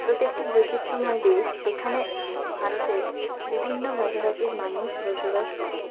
ভারত একটি বৈচিত্র্যময় দেশ এখানে ভারতে বিভিন্ন ভাষাভাষীর মানুষ বসবাস করে